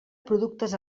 productes